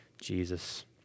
Jesus